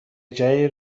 جای